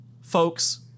Folks